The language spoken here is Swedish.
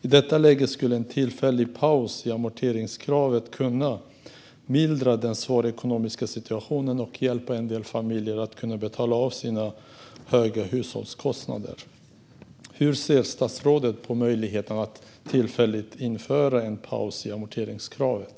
I detta läge skulle en tillfällig paus i amorteringskravet kunna mildra den svåra ekonomiska situationen och hjälpa en del familjer att betala sina höga hushållskostnader. Hur ser statsrådet på möjligheten att tillfälligt införa en paus i amorteringskravet?